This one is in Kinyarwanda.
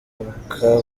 avuka